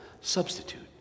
substitute